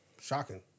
shocking